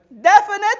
Definite